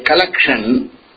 collection